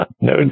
No